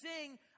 sing